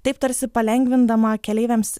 taip tarsi palengvindama keleiviams